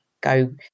go